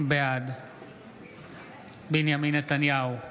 בעד בנימין נתניהו,